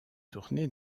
tourné